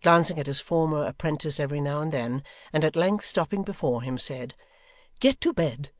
glancing at his former prentice every now and then and at length stopping before him, said get to bed,